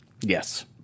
Yes